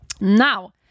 Now